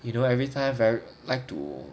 you know everytime very like to